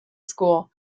school